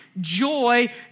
joy